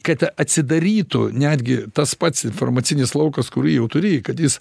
kad atsidarytų netgi tas pats informacinis laukas kurį jau turi kad jis